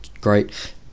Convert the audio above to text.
great